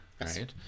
right